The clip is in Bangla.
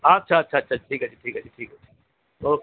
আচ্ছা আচ্ছা আচ্ছা ঠিক আছে ঠিক আছে ঠিক আছে ওকে